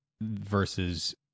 versus